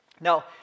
Now